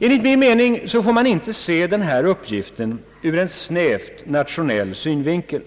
Enligt min mening får man inte se denna uppgift ur en snäv nationell synvinkel.